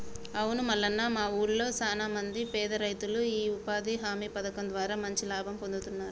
అవును మల్లన్న మా ఊళ్లో సాన మంది పేద రైతులు ఈ ఉపాధి హామీ పథకం ద్వారా మంచి లాభం పొందుతున్నారు